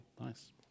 Nice